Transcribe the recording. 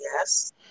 yes